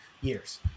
years